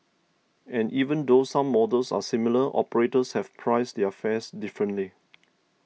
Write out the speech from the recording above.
and even though some models are similar operators have priced their fares differently